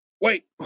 Wait